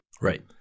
Right